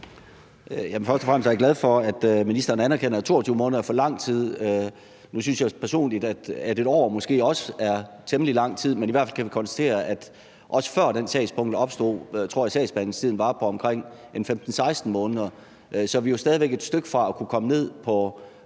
Først og fremmest er jeg glad for, at ministeren anerkender, at 22 måneder er for lang tid. Nu synes jeg personligt, at 1 år måske også er temmelig lang tid, men i hvert fald kan vi konstatere, at også før den sagspukkel opstod, var sagsbehandlingstiden på omkring 15-16 måneder. Så vi er jo stadig væk et stykke fra at kunne komme ned på